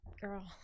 Girl